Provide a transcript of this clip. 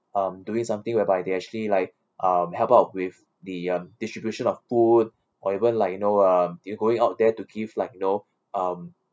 um doing something whereby they actually like um help out with the um distribution of food or even like you know um you going out there to give like you know um